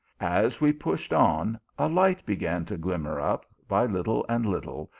as we pushed on, a light began to glimmer up by little and little,